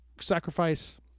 sacrifice